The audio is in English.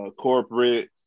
corporate